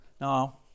Now